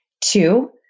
Two